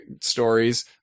stories